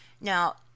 Now